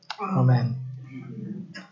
Amen